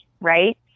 Right